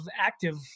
active